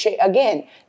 again